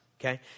Okay